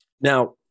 Now